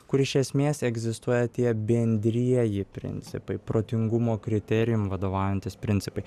kur iš esmės egzistuoja tie bendrieji principai protingumo kriterijum vadovaujantis principai